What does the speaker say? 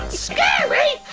scary?